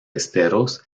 esteros